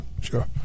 sure